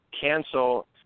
cancel